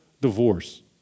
divorce